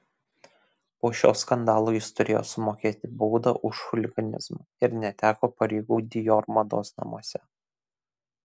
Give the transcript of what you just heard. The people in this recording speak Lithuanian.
po šio skandalo jis turėjo sumokėti baudą už chuliganizmą ir neteko pareigų dior mados namuose